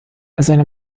seine